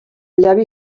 llavi